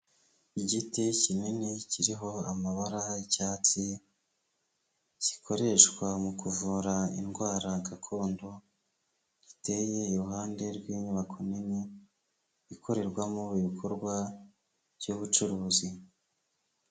Igiti kinini kiriho amabara yicyatsi gikoreshwa mu kuvura indwara gakondo giteye iruhande rw'inyubako nini ikorerwamo ibikorwa byubucuruzi.